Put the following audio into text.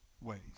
ways